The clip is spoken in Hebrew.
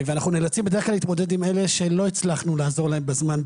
אנחנו נאלצים בדרך כלל להתמודד עם אלה שלא הצלחנו לעזור להם בזמן,